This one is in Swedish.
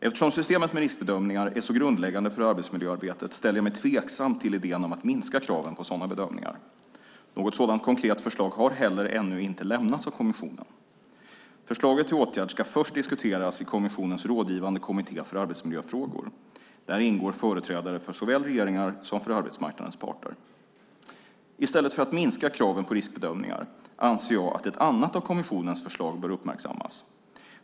Eftersom systemet med riskbedömningar är så grundläggande för arbetsmiljöarbetet ställer jag mig tveksam till idén om att minska kraven på sådana bedömningar. Något sådant konkret förslag har heller ännu inte lämnats av kommissionen. Förslaget till åtgärd ska först diskuteras i kommissionens rådgivande kommitté för arbetsmiljöfrågor. Där ingår företrädare för såväl regeringar som arbetsmarknadens parter. I stället för att minska kraven på riskbedömningar anser jag att ett annat av kommissionens förslag bör uppmärksammas.